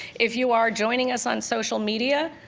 if you are joining us on social media,